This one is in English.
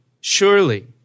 Surely